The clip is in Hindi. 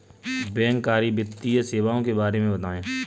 बैंककारी वित्तीय सेवाओं के बारे में बताएँ?